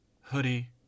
hoodie